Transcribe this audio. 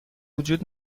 وجود